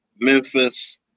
Memphis